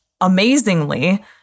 amazingly